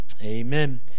Amen